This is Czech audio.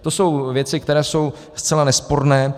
To jsou věci, které jsou zcela nesporné.